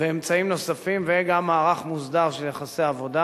ואמצעים נוספים וגם מערך מוסדר של יחסי עבודה,